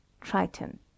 Triton